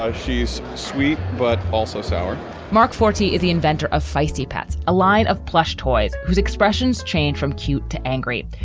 she's sweet but also sour mark, forty, is the inventor, a feisty pats, a line of plush toys whose expressions change from cute to angry.